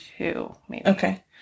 Okay